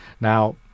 Now